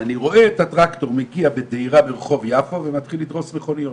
ואני רואה את הטרקטור מגיע בדהירה ברחוב יפו ומתחיל לדרוס מכוניות.